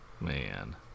Man